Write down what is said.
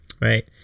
right